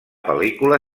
pel·lícula